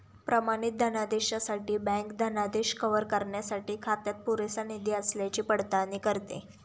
प्रमाणित धनादेशासाठी बँक धनादेश कव्हर करण्यासाठी खात्यात पुरेसा निधी असल्याची पडताळणी करते